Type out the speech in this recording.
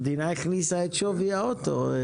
המדינה הכניסה את שווי האוטו.